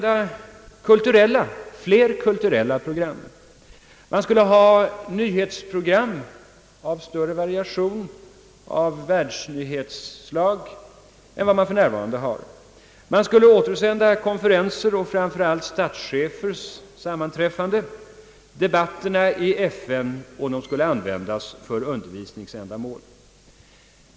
Man skulle sända flera kulturella program, man skulle ha nyhetsprogram av större variation — av världsnyhetsslag — än man för närvarande har. Man skulle återsända konferenser och framför allt statschefernas sammanträffanden och debatterna i FN. Vidare skulle satelliterna användas för undervisningsändamål.